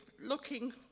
looking